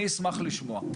אני אשמח לשמוע.